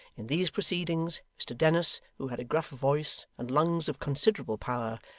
in these proceedings, mr dennis, who had a gruff voice and lungs of considerable power,